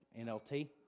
NLT